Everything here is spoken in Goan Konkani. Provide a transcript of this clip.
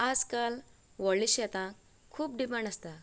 आज काल व्हडले शेतांक खूब डिमांड आसता